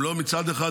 מצד אחד,